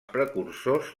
precursors